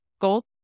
gold